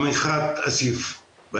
הנושא סביב השולחן,